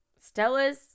Stella's